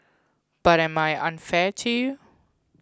but am I unfair to you